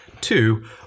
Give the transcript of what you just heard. Two